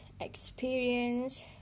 experience